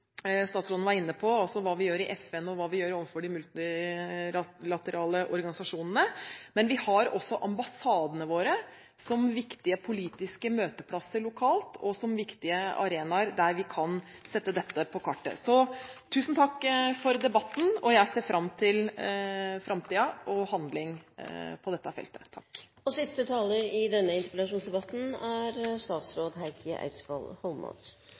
statsråden var inne på, som handler om hva vi gjør i FN, og hva vi gjør overfor de multilaterale organisasjonene. Men vi har også ambassadene våre som viktige politiske møteplasser lokalt, og som viktige arenaer der vi kan sette dette på kartet. Tusen takk for debatten. Jeg ser fram til handling på dette feltet i framtiden. Jeg kan begynne med å si tusen takk til Laila Gustavsen for å reise denne